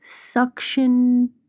suction